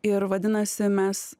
ir vadinasi mes